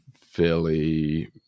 fairly